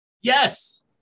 Yes